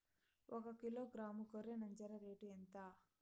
ఒకకిలో గ్రాము గొర్రె నంజర రేటు ఎంత?